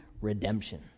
redemption